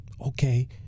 okay